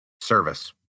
Service